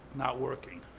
not working.